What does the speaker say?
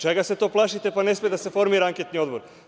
Čega se to plašite, pa ne sme da se formira anketni odbor?